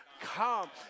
come